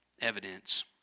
evidence